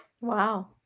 wow